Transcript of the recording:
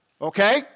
Okay